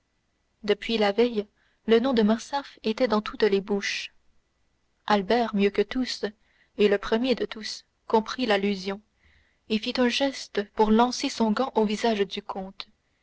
depuis la veille le nom de morcerf était dans toutes les bouches albert mieux que tous et le premier de tous comprit l'allusion et fit un geste pour lancer son gant au visage du comte